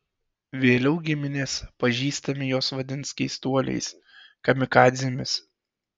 vėliau giminės pažįstami juos vadins keistuoliais kamikadzėmis